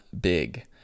Big